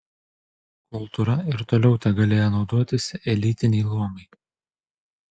kultūra ir toliau tegalėjo naudotis elitiniai luomai